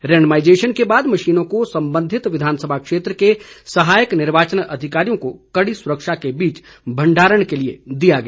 randomisation के बाद मशीनों को संबंधित विधानसभा क्षेत्र के सहायक निवार्चन अधिकारियों को कड़ी सुरक्षा के बीच भण्डारण के लिए दिया गया